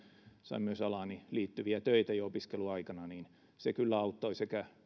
sain myös alaani liittyviä töitä jo opiskeluaikana niin se kyllä auttoi sekä